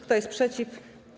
Kto jest przeciw?